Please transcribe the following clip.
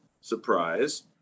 surprise